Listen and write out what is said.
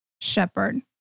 shepherd